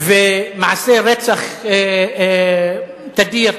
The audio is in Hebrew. ומעשי רצח באופן תדיר.